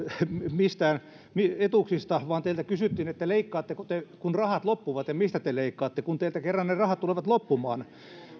mistään etuuksista vaan teiltä kysyttiin leikkaatteko te kun rahat loppuvat ja mistä te leikkaatte kun teiltä kerran ne rahat tulevat loppumaan